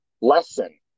lesson